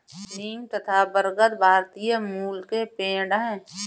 नीम तथा बरगद भारतीय मूल के पेड है